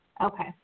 Okay